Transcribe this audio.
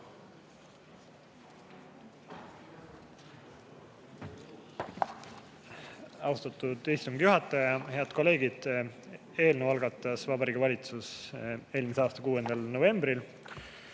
Austatud istungi juhataja! Head kolleegid! Eelnõu algatas Vabariigi Valitsus eelmise aasta 6. novembril.